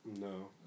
No